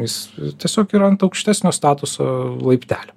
jis tiesiog yra ant aukštesnio statuso laiptelio